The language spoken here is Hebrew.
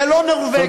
זה לא נורבגי.